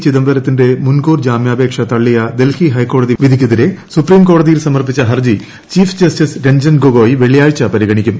ചിദംബരത്തിന്റെ മുൻകൂർ ജാമ്യാപേക്ഷ തള്ളിയ ഡൽഹി ഹൈക്കോടതി വിധിക്കെതിരെ സുപ്രീംകോടതിയിൽ സമർപ്പിച്ച ഹർജി ചീഫ് ജസ്റ്റിസ് രഞ്ജൻ ഗൊഗോയ് വെള്ളിയാഴ്ച പരിഗണിക്കും